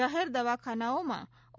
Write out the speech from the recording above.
જાહેર દવાખાનાઓમાં ઓ